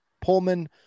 Pullman